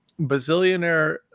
bazillionaire